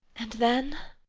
and then?